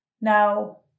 Now